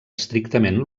estrictament